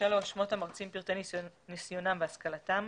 שמות המרצים, פרטי ניסיונם והשכלתם,